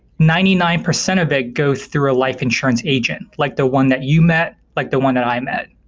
ninety nine percent of it goes through a life insurance agent, like the one that you met, like the one that i met.